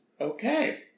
okay